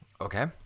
Okay